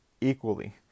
equally